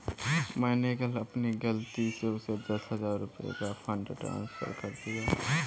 मैंने कल अपनी गलती से उसे दस हजार रुपया का फ़ंड ट्रांस्फर कर दिया